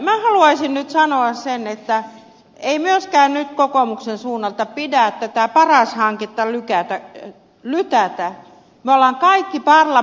minä haluaisin nyt sanoa sen että ei myöskään kokoomuksen suunnalta pidä tätä paras hanketta lytätä